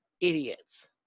idiots